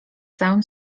całym